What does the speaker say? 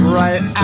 right